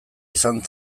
izan